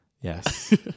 Yes